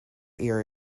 ear